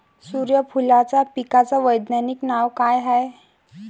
सुर्यफूलाच्या पिकाचं वैज्ञानिक नाव काय हाये?